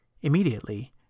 Immediately